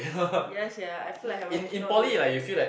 yes sia I feel like haven't cannot do anything